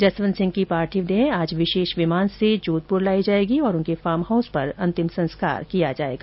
जसवंत सिंह की पार्थिव देह आज विशेष विमान से जोथपूर लाई जाएगी और उनके फॉर्म हाउस पर अंतिम संस्कार किया जाएगा